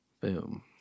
Boom